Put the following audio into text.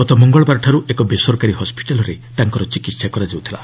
ଗତ ମଙ୍ଗଳବାରଠାରୁ ଏକ ବେସରକାରୀ ହସ୍କିଟାଲ୍ରେ ତାଙ୍କର ଚିକିତ୍ସା କରାଯାଉଥିଲା